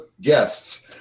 guests